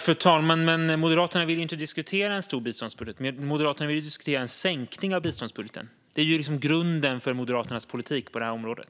Fru talman! Men Moderaterna vill inte diskutera en stor biståndsbudget. Moderaterna vill diskutera en sänkning av biståndsbudgeten. Det är liksom grunden för Moderaternas politik på detta område.